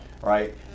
right